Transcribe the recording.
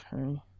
okay